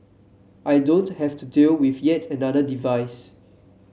I don't have to deal with yet another device